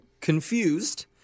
confused